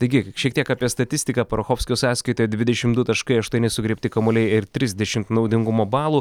taigi šiek tiek apie statistiką parchovskio sąskaitoje dvidešimt du taškai aštuoni sugriebti kamuoliai ir trisdešimt naudingumo balų